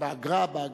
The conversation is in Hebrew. באגרה, באגרה.